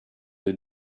les